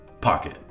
pocket